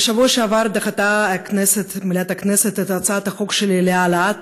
בשבוע שעבר דחתה מליאת הכנסת הצעת החוק שלי להעלאת